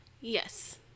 Yes